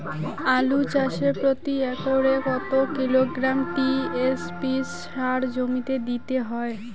আলু চাষে প্রতি একরে কত কিলোগ্রাম টি.এস.পি সার জমিতে দিতে হয়?